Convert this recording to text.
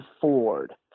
Ford